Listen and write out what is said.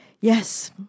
Yes